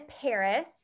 Paris